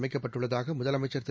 அமைக்கப்பட்டுள்ளதாகமுதலமைச்சா் திரு